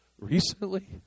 recently